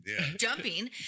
jumping